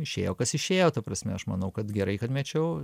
išėjo kas išėjo ta prasme aš manau kad gerai kad mečiau